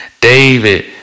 David